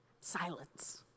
silence